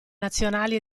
nazionali